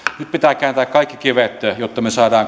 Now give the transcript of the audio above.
nyt pitää kääntää kaikki kivet jotta me saamme